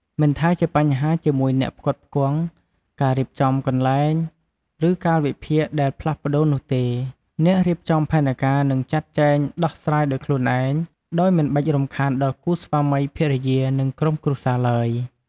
មិនថាជាបញ្ហាជាមួយអ្នកផ្គត់ផ្គង់ ការរៀបចំកន្លែង ឬកាលវិភាគដែលផ្លាស់ប្តូរនោះទេ អ្នករៀបចំផែនការនឹងចាត់ចែងដោះស្រាយដោយខ្លួនឯង ដោយមិនបាច់រំខានដល់គូស្វាមីភរិយា ឬក្រុមគ្រួសារឡើយ។